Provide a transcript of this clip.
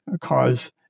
cause